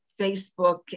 Facebook